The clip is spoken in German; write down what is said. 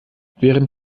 während